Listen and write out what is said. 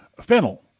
fennel